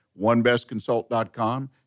onebestconsult.com